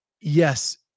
yes